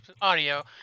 audio